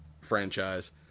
franchise